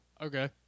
Okay